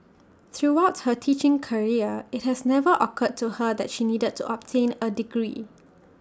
throughout her teaching career IT has never occurred to her that she needed to obtain A degree